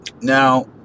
Now